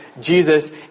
Jesus